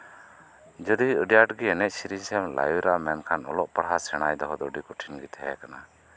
ᱡᱩᱫᱤ ᱟᱹᱰᱤ ᱟᱸᱴᱜᱮ ᱮᱱᱮᱡ ᱥᱮᱹᱨᱮᱹᱧ ᱥᱮᱫ ᱮᱢ ᱞᱟᱣᱮᱨᱚᱜᱼᱟ ᱢᱮᱱᱠᱷᱟᱱ ᱚᱞᱚᱜ ᱯᱟᱲᱦᱟᱜ ᱥᱮᱲᱟ ᱫᱚᱦᱚᱭ ᱫᱚ ᱟᱹᱰᱤ ᱠᱚᱴᱷᱤᱱ ᱜᱮ ᱛᱟᱦᱮᱸ ᱠᱟᱱᱟ